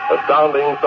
Astounding